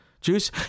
Juice